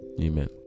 amen